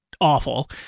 awful